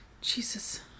Jesus